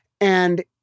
And-